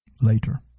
later